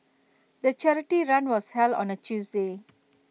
the charity run was held on A Tuesday